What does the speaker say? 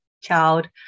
child